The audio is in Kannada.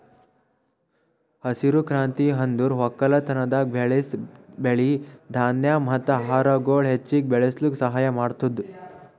ಹಸಿರು ಕ್ರಾಂತಿ ಅಂದುರ್ ಒಕ್ಕಲತನದಾಗ್ ಬೆಳಸ್ ಬೆಳಿ, ಧಾನ್ಯ ಮತ್ತ ಆಹಾರಗೊಳ್ ಹೆಚ್ಚಿಗ್ ಬೆಳುಸ್ಲುಕ್ ಸಹಾಯ ಮಾಡ್ತುದ್